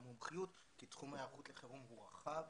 המומחיות כי תחום ההיערכות לחירום הוא רחב,